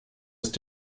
ist